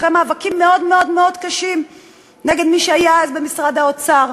אחרי מאבקים מאוד מאוד מאוד קשים נגד מי שהיה אז במשרד האוצר,